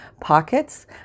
pockets